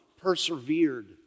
persevered